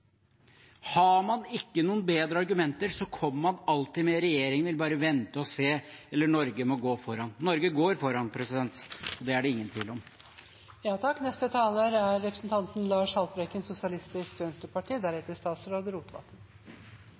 Har man ikke noen bedre argumenter, kommer man alltid med: «Regjeringen vil bare vente og se», eller «Norge må gå foran». Norge går foran, og det er det ingen tvil om. Hva har naturen noen gang gjort for oss? Ofte er